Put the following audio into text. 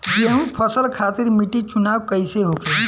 गेंहू फसल खातिर मिट्टी चुनाव कईसे होखे?